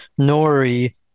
Nori